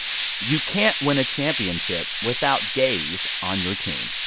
you can't win a championship without gays on your team.